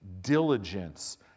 diligence